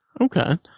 okay